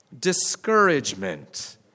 discouragement